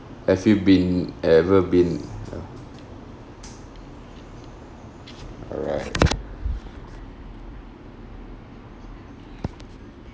have you been ever been alright